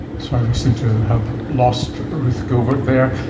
sorry, we seem to have lost ruth gilbert there.